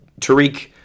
Tariq